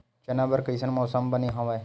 चना बर कइसन मौसम बने हवय?